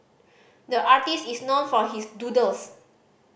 the artist is known for his doodles